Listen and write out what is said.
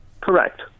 Correct